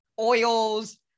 oils